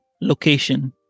location